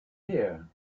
here